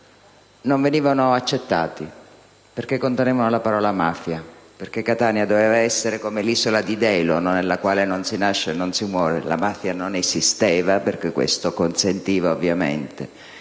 non venivano accettati perché contenevano la parola mafia. Catania, infatti, doveva essere come l'isola di Delo, nella quale non si nasce e non si muore: la mafia non esisteva, perché questo consentiva ovviamente